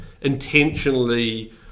intentionally